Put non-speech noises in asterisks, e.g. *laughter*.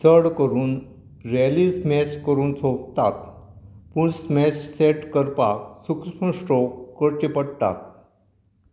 चड करून rally smash करून सोंपतात पूण स्मॅस सॅट करपाक *unintelligible* स्ट्रोक करचे पट्टा